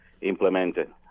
implemented